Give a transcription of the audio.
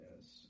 yes